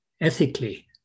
ethically